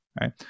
right